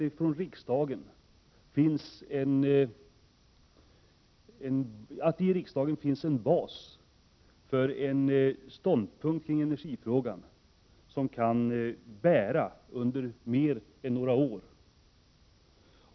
Det är betydelsefullt om det i riksdagen finns en grund för en energipolitik som kan bära under mer än några år.